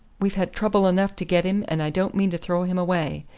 we've had trouble enough to get him, and i don't mean to throw him away.